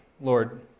Lord